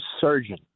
surgeon